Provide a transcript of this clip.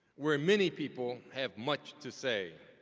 where many people have much to say.